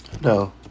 No